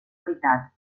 veritat